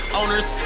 owners